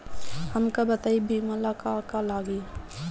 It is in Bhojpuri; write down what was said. हमका बताई बीमा ला का का लागी?